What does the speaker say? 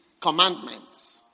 commandments